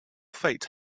fate